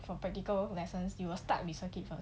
from practical lessons you will start with circuit from